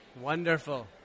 Wonderful